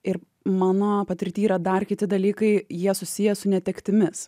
ir mano patirtyje yra dar kiti dalykai jie susiję su netektimis